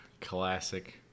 Classic